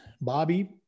Bobby